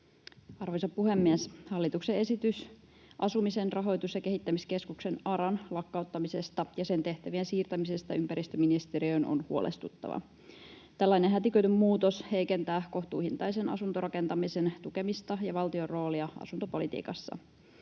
Arvoisa puhemies! Hallituksen esitys Asumisen rahoitus- ja kehittämiskeskuksen ARAn lakkauttamisesta ja sen tehtävien siirtämisestä ympäristöministeriöön on huolestuttava. Tällainen hätiköity muutos heikentää kohtuuhintaisen asuntorakentamisen tukemista ja valtion roolia asuntopolitiikassa.